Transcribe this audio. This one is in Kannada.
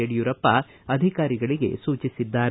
ಯಡ್ಕೂರಪ್ಪ ಅಧಿಕಾರಿಗಳಿಗೆ ಸೂಚಿಸಿದ್ದಾರೆ